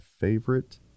favorite